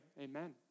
amen